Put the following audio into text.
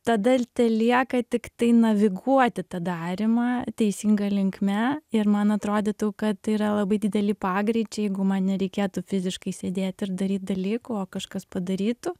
tada telieka tiktai naviguoti tą darymą teisinga linkme ir man atrodytų kad tai yra labai dideli pagreičiai jeigu man nereikėtų fiziškai sėdėt ir daryt dalykų o kažkas padarytų